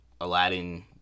Aladdin